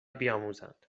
بیاموزند